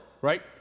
right